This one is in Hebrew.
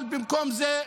אבל במקום זה,